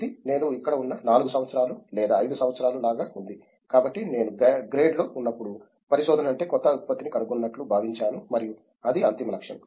ఇది నేను ఇక్కడ ఉన్న 4 సంవత్సరాలు లేదా 5 సంవత్సరాలు లాగా ఉంది కాబట్టి నేను గ్రేడ్లో ఉన్నప్పుడు పరిశోధన అంటే కొత్త ఉత్పత్తిని కనుగొన్నట్లు భావించాను మరియు అది అంతిమ లక్ష్యం